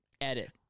Edit